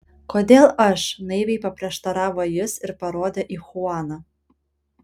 kodėl aš naiviai paprieštaravo jis ir parodė į chuaną